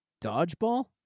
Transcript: dodgeball